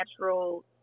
natural